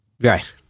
Right